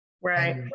Right